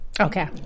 Okay